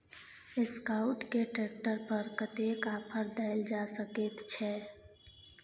Escort के tractor पर कतेक ऑफर दैल जा सकेत छै?